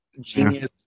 genius